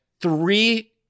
three